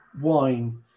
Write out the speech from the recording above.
wine